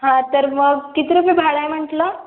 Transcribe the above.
हां तर मग किती रुपये भाडं आहे म्हटलं